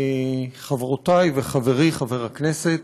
חברותי וחברי חבר הכנסת,